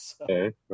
okay